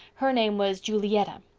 her name was julietta.